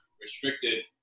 restricted